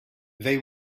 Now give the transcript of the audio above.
they